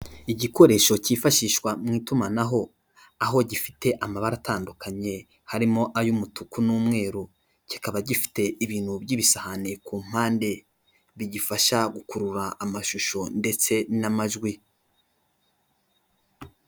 Igikoresho cyifashishwa mu itumanaho, aho gifite amabara atandukanye, harimo ay'umutuku n'umweru, kikaba gifite ibintu by'ibisahane ku mpande, bigifasha gukurura amashusho ndetse n'amajwi.